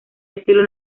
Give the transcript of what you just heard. estilo